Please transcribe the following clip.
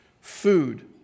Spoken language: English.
Food